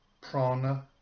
Prana